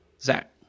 Zach